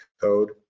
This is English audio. Code